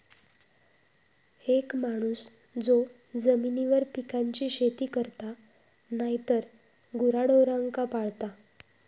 एक माणूस जो जमिनीवर पिकांची शेती करता नायतर गुराढोरांका पाळता